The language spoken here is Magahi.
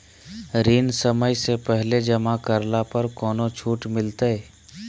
ऋण समय से पहले जमा करला पर कौनो छुट मिलतैय?